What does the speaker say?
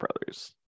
Brothers